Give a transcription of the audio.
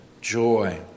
joy